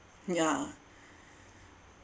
yeah